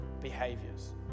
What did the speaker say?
behaviors